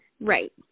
Right